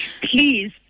please